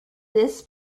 this